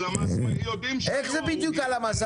הלמ"ס יודעים --- איך זה בדיוק הלמ"ס?